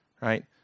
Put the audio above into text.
right